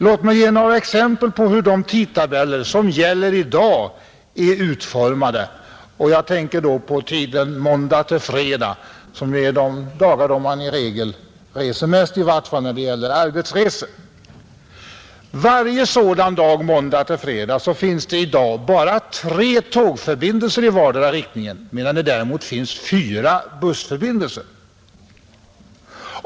Låt mig ge några exempel på hur de tidtabeller som gäller i dag är utformade, Jag tänker då på tiden måndag-fredag, som är de dagar då man i regel reser mest, i vart fall då det gäller arbetsresor. Varje sådan dag måndag-fredag finns det i dag bara tre tågförbindelser i vardera riktningen, medan det däremot finns fyra bussförbindelser, om du vill åka mellan Sunne och Karlstad.